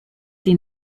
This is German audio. sie